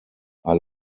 are